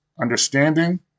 understanding